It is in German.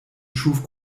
schuf